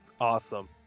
Awesome